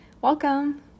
Welcome